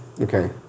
okay